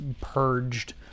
purged